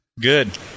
Good